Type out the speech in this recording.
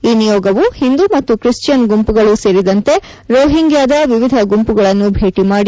ಈ ನಿಯೋಗವು ಹಿಂದೂ ಮತ್ತು ಕ್ರಿಶ್ಚಿಯನ್ ಗುಂಪುಗಳೂ ಸೇರಿದಂತೆ ರೋಹಿಂಗ್ಯಾದ ವಿವಿಧ ಗುಂಪುಗಳನ್ನು ಭೇಟಿ ಮಾಡಿ